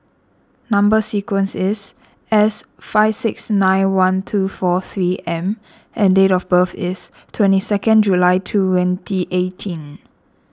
Number Sequence is S five six nine one two four three M and date of birth is twenty second July twenty eighteen